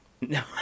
No